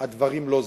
הדברים לא זזים.